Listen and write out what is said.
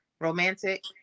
romantic